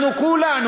כולנו,